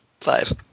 Five